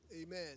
amen